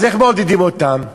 אז איך מעודדים אותם?